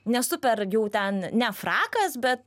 ne super jau ten ne frakas bet